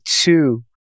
two